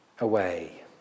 away